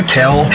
tell